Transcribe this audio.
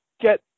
get